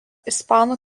ispanų